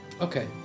Okay